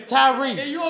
Tyrese